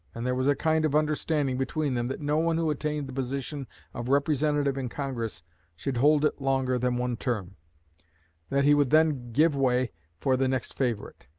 and there was a kind of understanding between them that no one who attained the position of representative in congress should hold it longer than one term that he would then give way for the next favorite.